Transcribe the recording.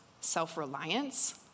self-reliance